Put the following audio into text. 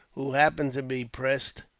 who happened to be present